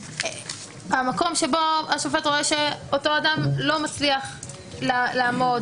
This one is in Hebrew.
המקום שבו השופט רואה שאותו אדם לא מצליח לעמוד